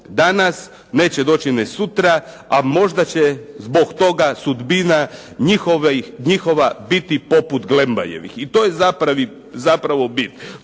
danas neće doći ni sutra, a možda će zbog toga sudbina njihova biti poput „Glembayevih“ i to je zapravo bit.